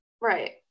Right